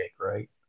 right